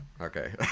Okay